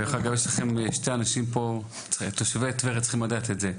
דרך אגב, תושבי טבריה צריכים לדעת את זה,